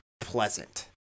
pleasant